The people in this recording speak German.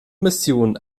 missionen